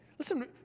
Listen